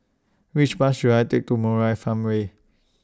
Which Bus should I Take to Murai Farmway